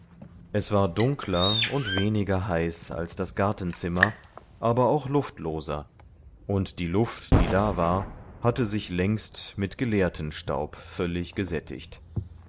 es war dunkler und weniger heiß als das gartenzimmer aber auch luftloser und die luft die da war hatte sich längst mit gelehrtenstaub völlig gesättigt